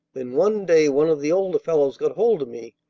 then one day one of the older fellows got hold of me,